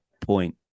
point